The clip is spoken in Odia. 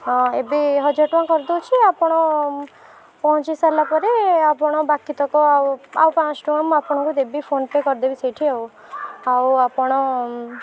ହଁ ଏବେ ହଜାର ଟଙ୍କା କରି ଦେଉଛି ଆପଣ ପହଞ୍ଚି ସାରିଲା ପରେ ଆପଣ ବାକିତକ ଆଉ ପାଞ୍ଚଶହ ଟଙ୍କା ମୁଁ ଆପଣଙ୍କୁ ଦେବି ଫୋନପେ କରିଦେବି ସେଇଠି ଆଉ ଆପଣ